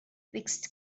twixt